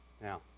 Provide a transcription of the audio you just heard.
Now